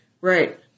Right